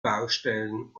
baustellen